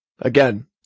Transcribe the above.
again